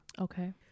Okay